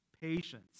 Patience